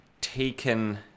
taken